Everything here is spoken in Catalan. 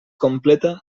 completa